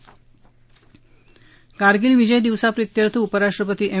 विसाव्या कारगिल विजय दिवसाप्रीत्यर्थ उपराष्ट्रपती एम